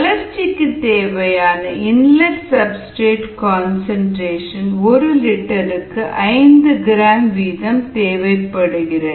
வளர்ச்சிக்கு தேவையான inlet substrate concentration ஒரு லிட்டருக்கு 50 கிராம் வீதம் 50gl தேவைப்படுகிறது